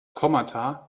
kommata